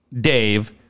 Dave